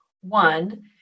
one